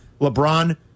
LeBron